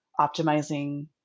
optimizing